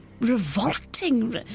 revolting